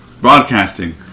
broadcasting